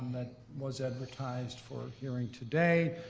that was advertised for hearing today.